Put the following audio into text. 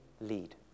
lead